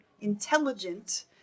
intelligent